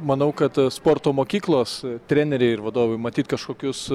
manau kad sporto mokyklos treneriai ir vadovai matyt kažkokius